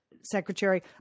Secretary